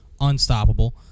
unstoppable